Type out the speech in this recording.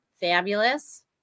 Fabulous